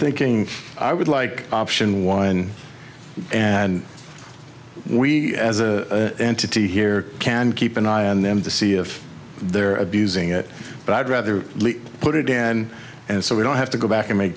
thinking i would like option one and we as a city here can keep an eye on them to see if they're abusing it but i'd rather put it in and so we don't have to go back and make